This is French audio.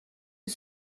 est